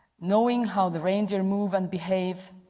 knowing how the reindeer move and behave,